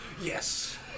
Yes